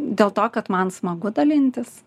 dėl to kad man smagu dalintis